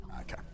okay